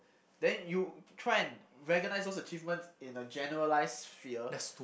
then you try and recognise those achievements in a generalise sphere